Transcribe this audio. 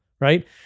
right